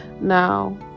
now